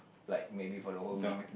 like maybe for the whole week